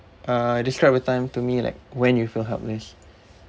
uh describe a time to me like when you feel helpless